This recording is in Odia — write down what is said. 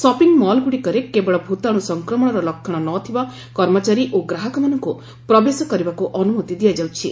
ସପିଂମଲ୍ଗୁଡ଼ିକରେ କେବଳ ଭୂତାଣୁ ସଂକ୍ରମଣର ଲକ୍ଷଣ ନଥିବା କର୍ମଚାରୀ ଓ ଗ୍ରାହକମାନଙ୍କୁ ପ୍ରବେଶ କରିବାକୁ ଅନୁମତି ଦିଆଯାଉଛି